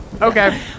Okay